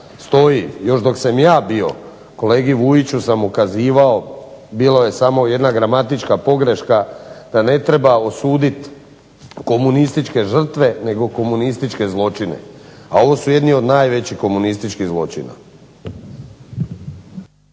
stoji još dok sam ja bio kolegi Vujiću sam ukazivao, bila je samo jedna gramatička pogreška da ne treba osuditi komunističke žrtve nego komunističke zločine, a ovo su jedni od najvećih komunističkih zločina.